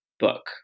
book